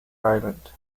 island